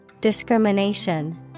Discrimination